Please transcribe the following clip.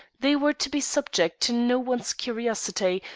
they were to be subject to no one's curiosity,